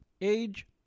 age